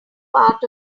part